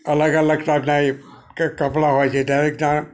અલગ અલગ ટાઈપનાં એ કે કપડા કપડા હોય છે દરેકના